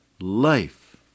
life